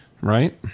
right